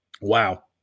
Wow